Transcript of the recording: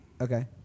Okay